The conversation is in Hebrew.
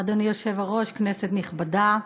אדוני היושב-ראש, כנסת נכבדה,